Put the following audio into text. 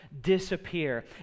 disappear